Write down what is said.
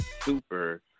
super